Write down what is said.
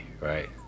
right